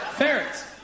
Ferrets